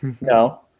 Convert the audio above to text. no